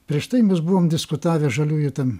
prieš tai mes buvom diskutavę žaliųjų ten